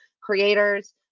creators